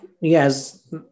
Yes